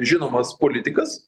žinomas politikas